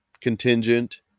contingent